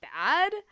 bad